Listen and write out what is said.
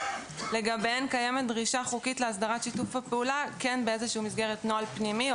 ולגביהן קיימת דרישה חוקית להסדרת שיתוף הפעולה במסגרת נוהל פנימי,